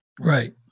Right